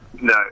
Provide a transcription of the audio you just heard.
No